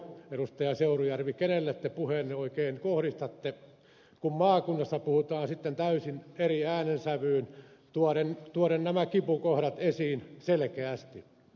seurujärvi kenelle te puheenne oikein kohdistatte kun maakunnassa puhutaan sitten täysin eri äänensävyyn tuoden nämä kipukohdat esiin selkeästi